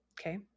Okay